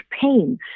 pain